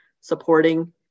supporting